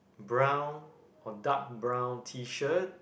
brown or dark brown T shirt